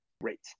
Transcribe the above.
great